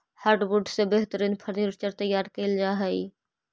hardwood से बेहतरीन furniture तैयार कैल जा हइ